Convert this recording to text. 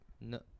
No